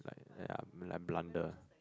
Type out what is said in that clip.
like ya like blunder